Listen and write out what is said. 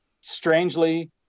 strangely